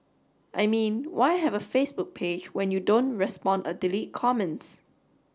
I mean why have a Facebook page when you don't respond or delete comments